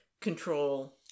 control